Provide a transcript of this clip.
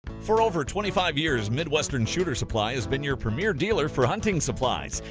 for over twenty five years, midwestern shooter's supply has been your premiere dealer for hunting supplies!